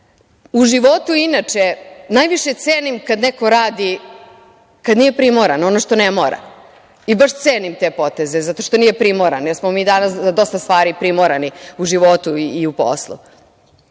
životu inače najviše cenim kad neko radi, kad nije primoran, ono što ne mora. Baš cenim te poteze zato što nije primoran, jer smo mi danas dosta stvari primorani u životu i u poslu.